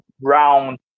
round